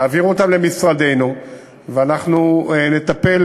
תעבירו אותן למשרדנו ואנחנו נטפל.